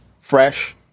fresh